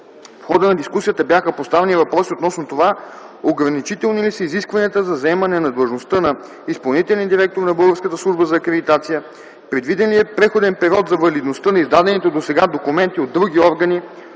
В хода на дискусията бяха поставени въпроси относно това ограничителни ли са изискванията за заемане на длъжността на изпълнителен директор на Българската служба за акредитация, предвиден ли е преходен период за валидността на издадените досега документи от дейността